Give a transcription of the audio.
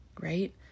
right